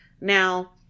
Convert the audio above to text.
now